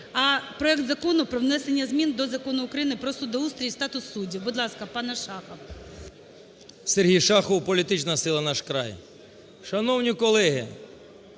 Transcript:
а проект Закону про внесення змін до Закону України "Про судоустрій і статус суддів". Будь ласка, пане Шахов. 13:42:19 ШАХОВ С.В. Сергій Шахов, політична сила "Наш край". Шановні колеги,